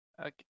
okay